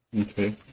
Okay